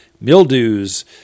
mildews